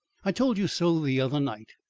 i told you so the other night,